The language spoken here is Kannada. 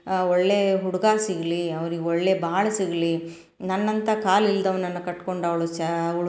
ಒಳ್ಳೆಯ ಹುಡ್ಗ ಸಿಗಲಿ ಅವ್ರಿಗೆ ಒಳ್ಳೆಯ ಭಾಳ ಸಿಗಲಿ ನನ್ನಂಥ ಕಾಲು ಇಲ್ಲದವ್ನನ್ನ ಕಟ್ಕೊಂಡು ಅವಳು ಸಾ ಅವಳು